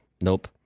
nope